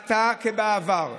עתה כבעבר,